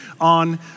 on